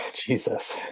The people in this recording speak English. Jesus